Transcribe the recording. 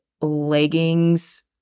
leggings